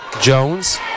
Jones